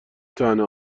طعنه